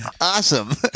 awesome